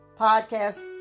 podcast